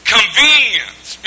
Convenience